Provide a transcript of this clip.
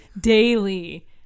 Daily